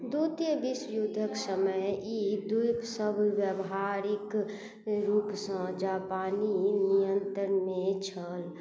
द्वितीय विश्वयुद्धके समय ई द्वीपसब बेवहारिक रूपसे जापानी नियन्त्रणमे छल